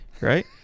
right